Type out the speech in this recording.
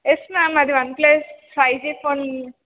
yes ma'am అది OnePlus five G phone